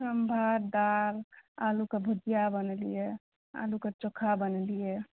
हम भात दालि आलू के भुजिया बनेलियै आलू के चोखा बनेलियै